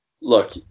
look